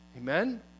Amen